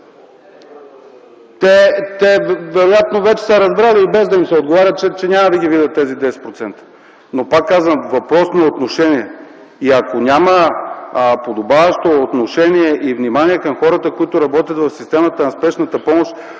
Те вероятно вече са разбрали, и без да им се отговаря, че няма да видят тези 10%. Но, пак казвам, въпрос на отношение! Ако няма подобаващо отношение и внимание към хората, които работят в системата на Спешната помощ,